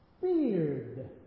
feared